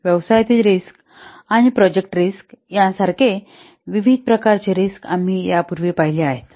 व्यवसायातील रिस्क आणि project risk यासारखे विविध प्रकारचे रिस्क आम्ही यापूर्वीच पाहिली आहेत